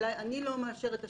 אפשר לראות את שיעור